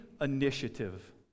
initiative